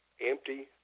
empty